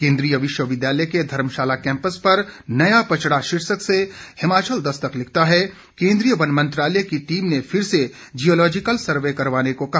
केंद्रीय विश्वविद्यालय के धर्मशाला कैंपस पर नया पचड़ा शीर्षक से हिमाचल दस्तक लिखता है केंद्रीय वन मंत्रालय की टीम ने फिर से जियोलॉजिकल सर्वे करवाने को कहा